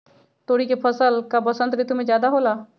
तोरी के फसल का बसंत ऋतु में ज्यादा होला?